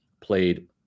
played